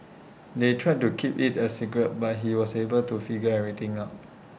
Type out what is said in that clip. they tried to keep IT A secret but he was able to figure everything out